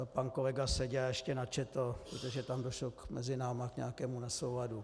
Pan kolega Seďa ještě načetl, protože tam došlo mezi námi k nějakému nesouladu.